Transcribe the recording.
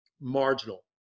marginal